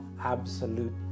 absolute